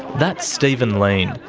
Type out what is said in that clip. that's stephen leane.